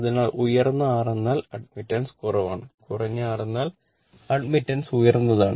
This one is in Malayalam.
അതിനാൽ ഉയർന്ന R എന്നാൽ അഡ്മിറ്റൻസ് കുറവാണ് കുറഞ്ഞ R എന്നാൽ അഡ്മിറ്റൻസ് ഉയർന്നതാണ്